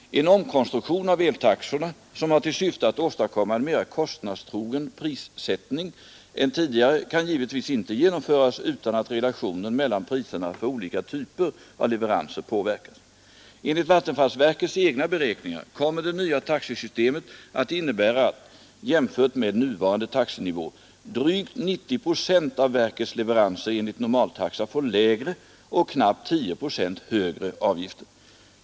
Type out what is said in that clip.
En omkonstruktion av eltaxorna som har till syfte att åstadkomma en mera kostnadstrogen prissättning än tidigare kan givetvis inte genomföras utan att relationen mellan priserna för olika typer av leveranser påverkas. Enligt vattenfallsverkets egna beräkningar kommer det nya taxesystemet att innebära att — jämfört med nuvarande taxenivå — drygt 90 procent av verkets leveranser enligt normaltaxa får lägre och knappt 10 procent högre avgifter.